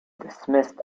dismissed